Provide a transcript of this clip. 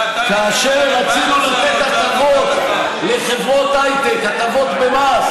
כשרצינו לקצר הליכי רישוי ובנייה,